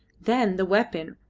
then the weapon,